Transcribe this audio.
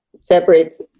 Separates